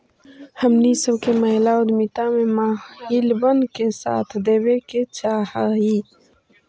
हमनी सब के महिला उद्यमिता में महिलबन के साथ देबे के चाहई